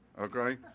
Okay